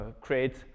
create